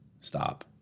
stop